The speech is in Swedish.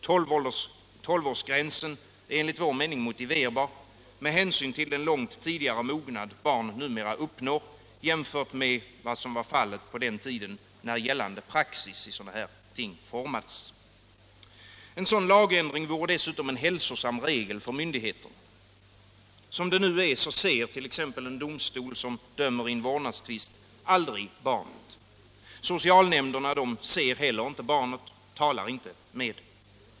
Tolvårsgränsen är enligt vår mening motiverbar med hänsyn till den långt tidigare mognad som barn numera uppnår jämfört med vad som var fallet vid den tid då gällande praxis formades. En sådan lagändring skulle dessutom kunna utgöra en hälsosam regel för myndigheterna. Som det nu är ser t.ex. en domstol som dömer i en vårdnadstvist aldrig det barn som berörs. Socialnämnderna ser heller inte barnet eller talar med det.